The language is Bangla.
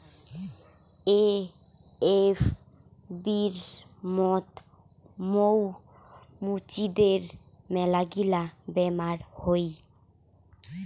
এ.এফ.বির মত মৌ মুচিদের মেলাগিলা বেমার হউ